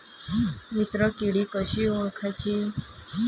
मित्र किडी कशी ओळखाची?